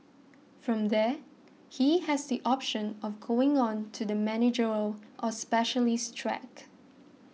from there he has the option of going on to the managerial or specialist track